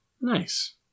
Nice